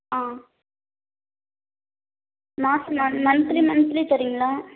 ah not ma'am monthly monthly தரிங்களா